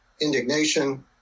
indignation